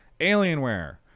Alienware